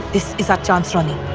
this is our chance ronnie.